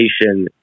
education